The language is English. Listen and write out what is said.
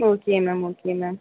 okay ma'am okay ma'am